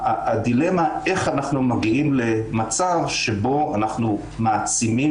הדילמה היא איך אנחנו מגיעים למצב שבו אנחנו מעצימים